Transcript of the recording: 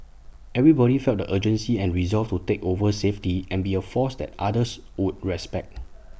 everybody felt the urgency and resolve to take over safety and be A force that others would respect